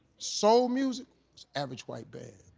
so music, was average white band.